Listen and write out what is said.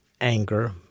anger